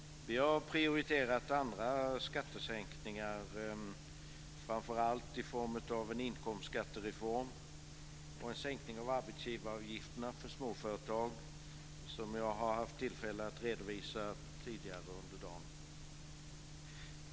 Vi har i stället prioriterat andra skattesänkningar, framför allt i form av en inkomstskattereform och en sänkning av arbetsgivaravgifterna för småföretag, som jag har haft tillfälle att redovisa tidigare under dagen.